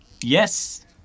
Yes